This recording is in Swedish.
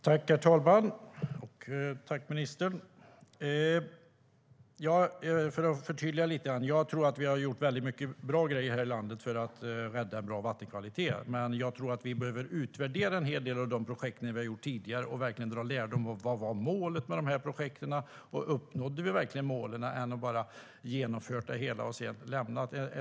Herr talman! Tack, ministern! Jag vill förtydliga att jag tror att vi har gjort bra grejer här i landet för att rädda en bra vattenkvalitet, men jag tror att vi behöver utvärdera en hel del av de projekt vi har gjort tidigare och verkligen försöka dra lärdom av vad som var målet med de projekten. Uppnådde vi verkligen dem eller genomförde vi dem bara och sedan lämnade dem?